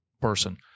person